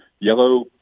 yellow